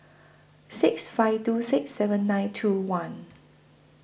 six five two six seven nine two one